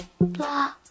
blah